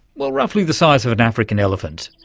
well, roughly the size of an african elephant.